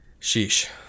sheesh